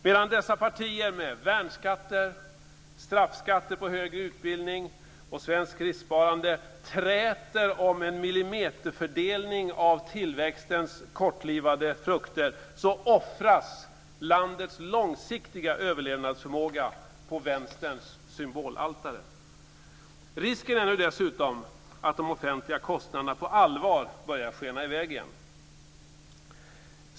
Medan dessa partier med värnskatter och straffskatter på högre utbildning och svenskt riskskaparande träter om en millimeterfördelning av tillväxtens kortlivade frukter, offras landets långsiktiga överlevnadsförmåga på Risken är nu dessutom att de offentliga kostnaderna på allvar börjar skena i väg igen.